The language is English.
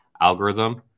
algorithm